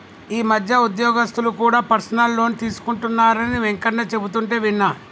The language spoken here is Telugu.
ఈ మధ్య ఉద్యోగస్తులు కూడా పర్సనల్ లోన్ తీసుకుంటున్నరని వెంకన్న చెబుతుంటే విన్నా